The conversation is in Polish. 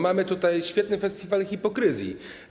Mamy tutaj świetny festiwal hipokryzji.